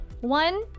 one